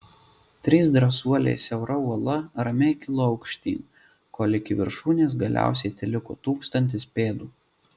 trys drąsuoliai siaura uola ramiai kilo aukštyn kol iki viršūnės galiausiai teliko tūkstantis pėdų